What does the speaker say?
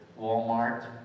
Walmart